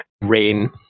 rain